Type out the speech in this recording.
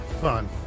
Fun